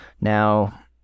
now